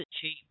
cheap